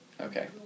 Okay